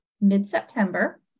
mid-September